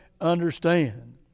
understand